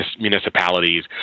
municipalities